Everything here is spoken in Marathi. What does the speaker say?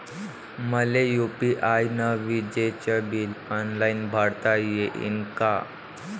मले यू.पी.आय न विजेचे बिल ऑनलाईन भरता येईन का?